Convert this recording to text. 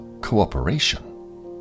cooperation